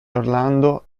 orlando